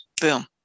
Boom